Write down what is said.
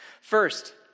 First